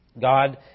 God